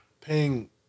paying